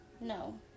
No